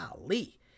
Golly